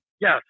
yes